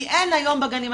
כי אין היום בגני הילדים.